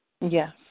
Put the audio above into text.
Yes